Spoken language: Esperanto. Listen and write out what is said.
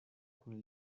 kun